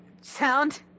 Sound